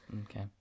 Okay